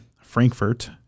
Frankfurt